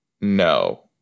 no